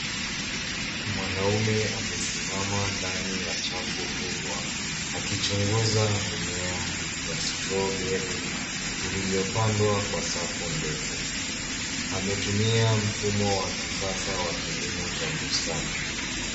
Mwanaume amesimama ndani ya chafu kubwa, akichunguza mimea ya strawberry iliyopandwa kwa safu ndefu. Ametumia mfumo wa kisasa wa kilimo cha bustani.